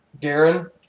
Darren